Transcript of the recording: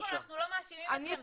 קודם כל אנחנו לא מאשימים אתכם,